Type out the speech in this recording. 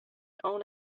own